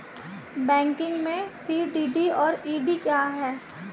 Banking में CDD और EDD क्या हैं?